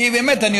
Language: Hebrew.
כי באמת,